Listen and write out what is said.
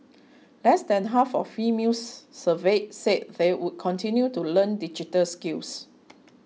less than half of females surveyed said they would continue to learn digital skills